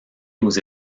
aux